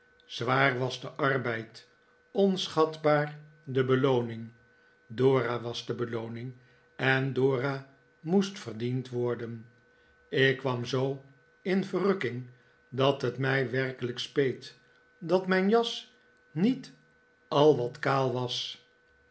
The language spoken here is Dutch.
zwaar was de arbeid onschatbaar de belooning dora was de belooning en dora moest verdiend worden ik kwam zoo in verrukking dat het mij werkelijk speet dat mijn jas niet al wat kaal was